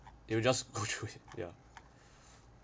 it will just go through ya